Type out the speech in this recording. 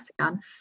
again